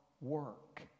work